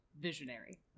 visionary